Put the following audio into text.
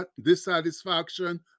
dissatisfaction